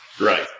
Right